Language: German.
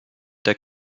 der